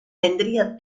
tendría